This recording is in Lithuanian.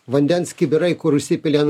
vandens kibirai kur užsipili ant